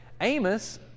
Amos